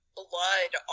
blood